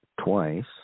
twice